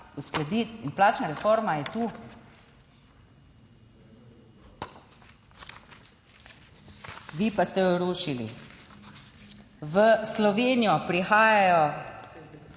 V Slovenijo prihajajo